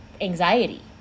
anxiety